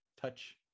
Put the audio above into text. touch